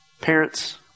Parents